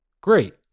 Great